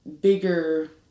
bigger